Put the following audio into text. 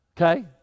Okay